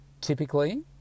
Typically